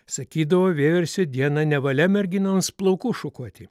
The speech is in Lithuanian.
sakydavo vieversio dieną nevalia merginoms plaukus šukuoti